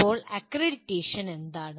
ഇപ്പോൾ അക്രഡിറ്റേഷൻ എന്താണ്